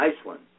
Iceland